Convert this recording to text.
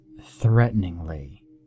threateningly